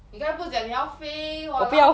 你刚才不是讲你要飞 !walao!